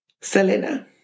Selena